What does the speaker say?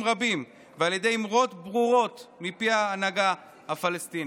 רבים ועל ידי אמרות ברורות מפי ההנהגה הפלסטינית.